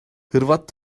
hırvat